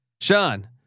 Sean